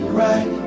right